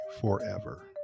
forever